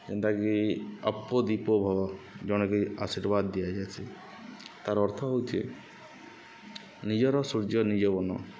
ଯେନ୍ତାକି ଅପଦୀପ ଭବ ଜଣେକେ ଆଶୀର୍ବାଦ୍ ଦିଆଯାଏସି ତାର୍ ଅର୍ଥ ହଉଛେ ନିଜର ସୂର୍ଯ୍ୟ ନିଜେ ବନ